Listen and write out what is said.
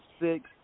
Six